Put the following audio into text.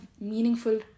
meaningful